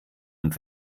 und